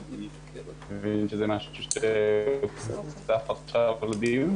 יותר מוצלח לגישת הוועדה.